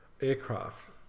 aircraft